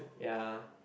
ya